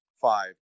five